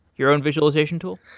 your own visualization tool?